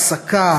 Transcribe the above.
העסקה,